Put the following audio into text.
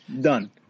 Done